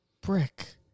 brick